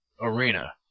arena